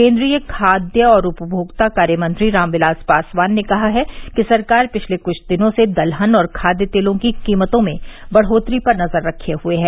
केन्द्रीय खाद्य और उपभोक्ता कार्य मंत्री रामविलास पासवान ने कहा है कि सरकार पिछले कुछ दिनों से दलहन और खाद्य तेलों की कीमतों में बढ़ोतरी पर निगाह रखें हुए हैं